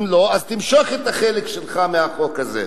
אם לא אז תמשוך את החלק שלך מהחוק הזה.